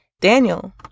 Daniel